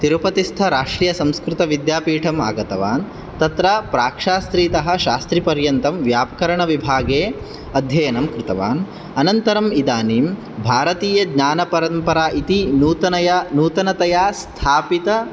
तिरुपतिस्थराष्ट्रीयसंस्कृतविद्यापीठम् आगतवान् तत्र प्राक्शास्त्रितः शास्त्रिपर्यन्तं व्याकरणविभागे अध्ययनं कृतवान् अनन्तरम् इदानीं भारतीयज्ञानपरम्परा इति नूतनया नूतनतया स्थापित